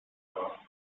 war